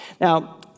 Now